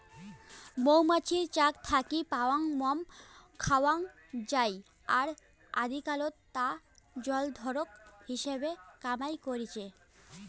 মৌমাছির চাক থাকি পাওয়াং মোম খাওয়াং যাই আর আদিকালত তা জলরোধক হিসাবে কামাই করিচে